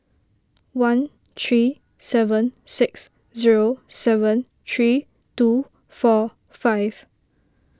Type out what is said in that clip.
one three seven six zero seven three two four five